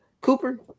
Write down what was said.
Cooper